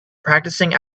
practicing